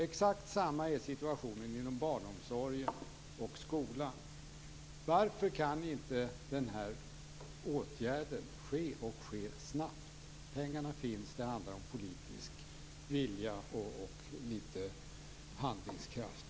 Exakt samma är situationen inom barnomsorgen och skolan. Varför kan inte åtgärden ske snabbt? Pengarna finns. Det handlar om politisk vilja och litet handlingskraft.